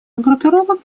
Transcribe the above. группировок